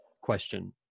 question